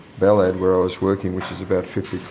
balad where i was working which is about fifty